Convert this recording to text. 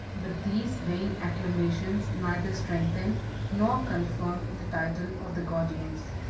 but these vain acclamations neither strengthened nor confirmed the title of the gordians.